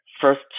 first